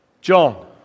John